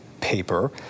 paper